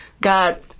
God